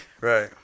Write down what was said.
right